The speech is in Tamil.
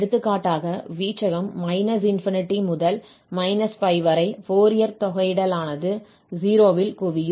எடுத்துக்காட்டாக வீச்சகம் −∞ முதல் -π வரை ஃபோரியர் தொகையிடலானது 0 ல் குவியும்